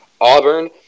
Auburn